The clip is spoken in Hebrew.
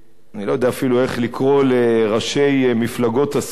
אני לא יודע אפילו איך לקרוא לראשי מפלגות השמאל,